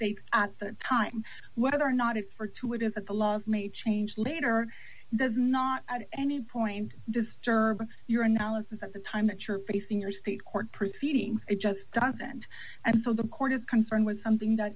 tape at that time whether or not it's for to it is that the laws may change later does not at any point disturb your analysis at the time that you're facing your state court proceedings it just doesn't and so the court of conferring with something that